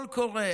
קול קורא.